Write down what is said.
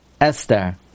Esther